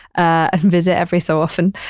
ah visit every so often.